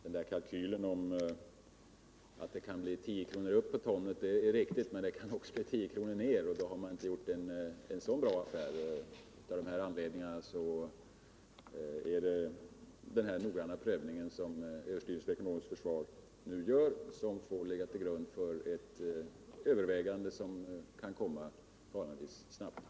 Den där kalkylen som visar att priset kan gå upp 10 kr. per ton är nog riktig, men det kan också gå ner med 10 kr., och då har man inte gjort någon god affär. Av den anledningen måste den noggranna prövning som överstyrelsen för ekonomiskt försvar nu gör läggas till grund för ett övervägande, som kan komma förhållandevis snabbt.